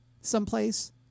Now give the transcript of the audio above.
someplace